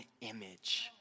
image